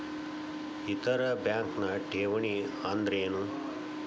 ಇತರ ಬ್ಯಾಂಕ್ನ ಠೇವಣಿ ಅನ್ದರೇನು?